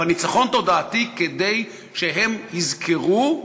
אבל ניצחון תודעתי, כדי שהם יזכרו,